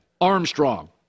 Armstrong